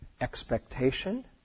expectation